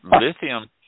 lithium